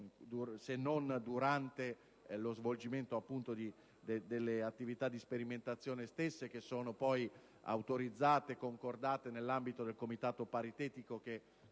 se non durante lo svolgimento delle attività di sperimentazione, che sono poi autorizzate e concordate nell'ambito del Comitato paritetico che,